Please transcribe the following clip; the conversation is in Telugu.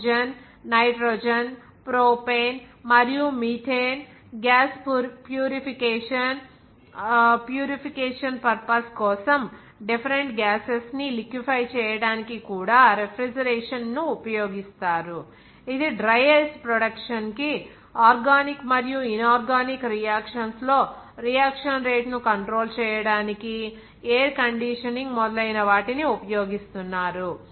ఆక్సిజన్ నైట్రోజన్ ప్రొపేన్ మరియు మీథేన్ గ్యాస్ ప్యూరిఫికేషన్ పర్పస్ కోసం డిఫరెంట్ గ్యాసెస్ ని లిక్యూఫ్య్ చేయడానికి కూడా రెఫ్రిజిరేషన్ ను ఉపయోగిస్తారు ఇది డ్రై ఐస్ ప్రొడక్షన్ కి ఆర్గానిక్ మరియు ఇన్ ఆర్గానిక్ రియాక్షన్స్ లో రియాక్షన్ రేటును కంట్రోల్ చేయడానికి ఎయిర్ కండిషనింగ్ మొదలైన వాటికి ఉపయోగిస్తున్నారు